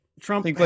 Trump